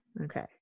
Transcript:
Okay